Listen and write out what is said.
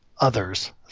others